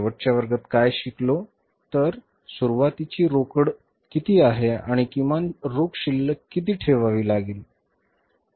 शेवटच्या वर्गात काय शिकलो तर सुरुवातीची रोकड किती आहे आणि किमान रोख शिल्लक किती ठेवावी लागेल